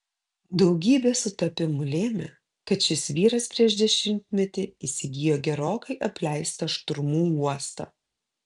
daugybė sutapimų lėmė kad šis vyras prieš dešimtmetį įsigijo gerokai apleistą šturmų uostą